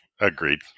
Agreed